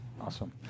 Awesome